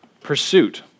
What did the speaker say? Pursuit